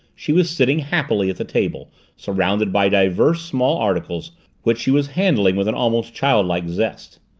she was sitting happily at the table surrounded by divers small articles which she was handling with an almost childlike zest.